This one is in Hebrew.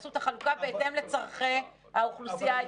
יעשו את החלוקה בהתאם לצורכי האוכלוסייה הייחודית.